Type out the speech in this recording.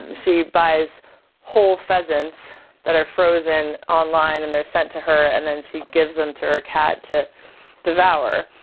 she buys whole pheasants that are frozen online and they're sent to her and then she gives them to her cat to devour.